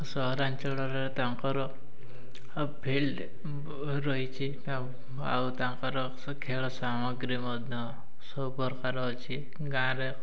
ସହରାଞ୍ଚଳରେ ତାଙ୍କର ଫିଲ୍ଡ ରହିଛି ଆଉ ତାଙ୍କର ଖେଳ ସାମଗ୍ରୀ ମଧ୍ୟ ସବୁ ପ୍ରକାର ଅଛି ଗାଁ'ରେ